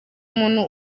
umuntu